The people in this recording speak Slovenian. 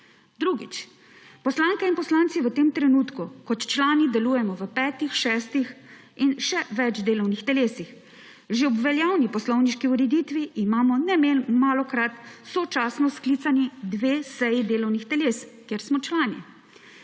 Drugič, poslanke in poslanci v tem trenutku kot člani delujemo v petih, šestih in še več delovnih telesih. Že ob veljavni poslovniški ureditvi imamo nemalokrat sočasno sklicani dve seji delovnih teles, kjer smo člani.